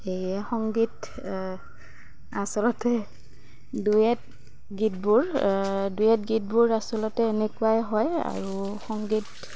সেয়ে সংগীত আচলতে ডুৱেট গীতবোৰ ডুৱেট গীতবোৰ আচলতে এনেকুৱাই হয় আৰু সংগীত